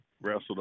wrestled